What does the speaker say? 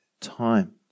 time